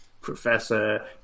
Professor